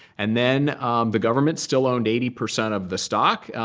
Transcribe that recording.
and then the government still owned eighty percent of the stock,